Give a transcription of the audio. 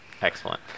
Excellent